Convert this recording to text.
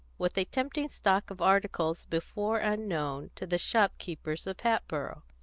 with a tempting stock of articles before unknown to the shopkeepers of hatboro'.